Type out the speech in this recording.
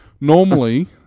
normally